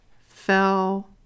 fell